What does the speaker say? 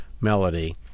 melody